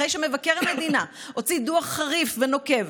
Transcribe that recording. אחרי שמבקר המדינה הוציא דוח חריף ונוקב